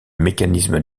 mécanisme